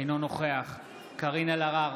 אינו נוכח קארין אלהרר,